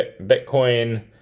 Bitcoin